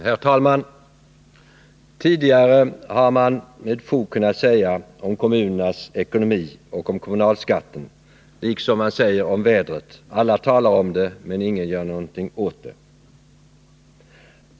Herr talman! Tidigare har man med fog kunnat säga om kommunernas ekonomi och om kommunalskatten liksom man säger om vädret — alla talar om det, men ingen gör något åt det.